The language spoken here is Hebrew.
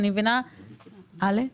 אלכס,